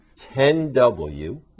10W